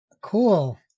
cool